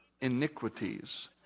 iniquities